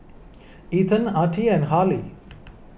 Ethan Attie and Harlie